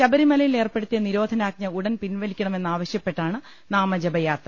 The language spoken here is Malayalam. ശബരിമല യിൽ ഏർപ്പെടുത്തിയ നിരോധനാജ്ഞ ഉടൻ പിൻവലിക്കണമെന്നാവശ്യ പ്പെട്ടാണ് നാമജപയാത്ര